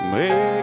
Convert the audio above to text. Make